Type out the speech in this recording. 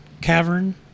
cavern